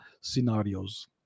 scenarios